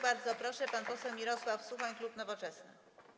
Bardzo proszę, pan poseł Mirosław Suchoń, klub Nowoczesna.